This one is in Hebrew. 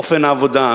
אופן העבודה,